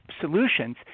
solutions